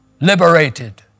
liberated